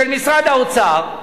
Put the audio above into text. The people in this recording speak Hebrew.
של משרד האוצר,